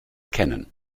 kennen